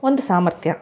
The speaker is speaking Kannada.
ಒಂದು ಸಾಮರ್ಥ್ಯ